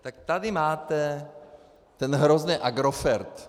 Tak tady máte ten hrozný Agrofert.